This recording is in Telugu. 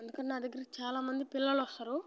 అందుకని నా దగ్గర చాలా మంది పిల్లలు వస్తారు